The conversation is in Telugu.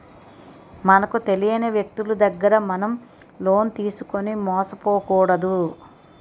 మనకు తెలియని వ్యక్తులు దగ్గర మనం లోన్ తీసుకుని మోసపోకూడదు